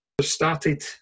started